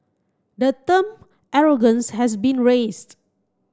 the term arrogance has been raised